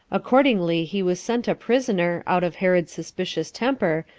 accordingly he was sent a prisoner, out of herod's suspicious temper,